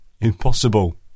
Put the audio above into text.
Impossible